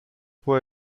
può